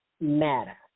matter